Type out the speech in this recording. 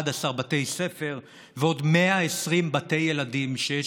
11 בתי ספר ועוד 120 בתי ילדים שיש